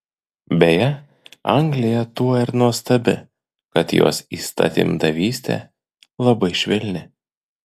beje anglija tuo ir nuostabi kad jos įstatymdavystė labai švelni